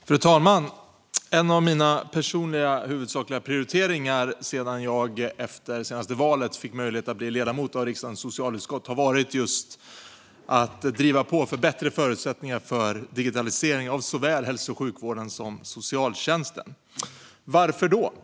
Fru talman! En av mina personliga huvudsakliga prioriteringar sedan jag efter förra valet fick möjlighet att bli ledamot av riksdagens socialutskott har varit just att driva på för bättre förutsättningar för digitaliseringen av såväl hälso och sjukvården som socialtjänsten. Varför?